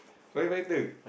fire fighter